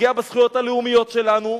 פגיעה בזכויות הלאומיות שלנו.